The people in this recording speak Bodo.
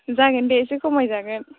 जागोन दे एसे खमाय जागोन